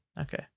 Okay